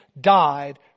died